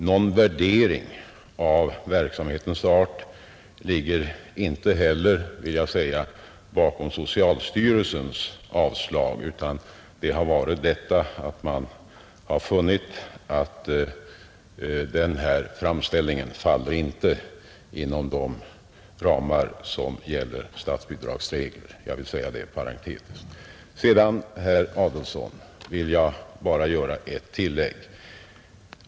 Någon värdering av verksamhetens art ligger inte heller bakom socialstyrelsens avslag, utan det har grundats på att man har funnit att den här framställningen inte faller inom de ramar som gäller för statsbidrag. Sedan, herr Adolfsson, vill jag bara göra ett tillägg.